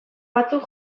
batzuk